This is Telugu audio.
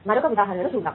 మరొక ఉదాహరణ చూద్దాం